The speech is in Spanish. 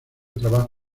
trabajo